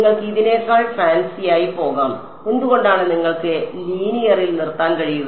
നിങ്ങൾക്ക് ഇതിനേക്കാൾ ഫാൻസിയായി പോകാം എന്തുകൊണ്ടാണ് നിങ്ങൾക്ക് ലീനിയറിൽ നിർത്താൻ കഴിയുക